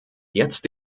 jetzt